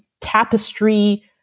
tapestry